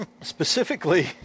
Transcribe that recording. Specifically